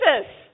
Jesus